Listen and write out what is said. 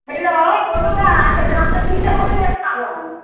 hello बोलू ने अहाँके गाममे की सभ होइए पाबनि